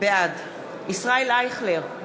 בעד ישראל אייכלר,